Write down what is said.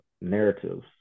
narratives